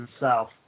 South